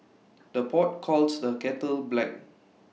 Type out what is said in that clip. the pot calls the kettle black